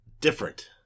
different